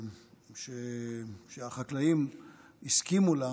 שהחקלאים הסכימו לה,